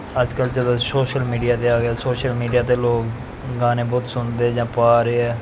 ਅੱਜ ਕੱਲ੍ਹ ਚਲੋ ਸ਼ੋਸ਼ਲ ਮੀਡੀਆ 'ਤੇ ਆ ਗਿਆ ਸੋਸ਼ਲ ਮੀਡੀਆ 'ਤੇ ਲੋਕ ਗਾਣੇ ਬਹੁਤ ਸੁਣਦੇ ਜਾਂ ਪਾ ਰਹੇ ਆ